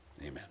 Amen